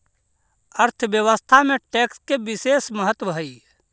अर्थव्यवस्था में टैक्स के बिसेस महत्व हई